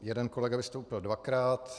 Jeden kolega vystoupil dvakrát.